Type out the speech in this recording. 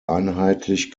einheitlich